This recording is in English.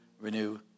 renew